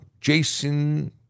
Jason